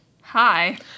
hi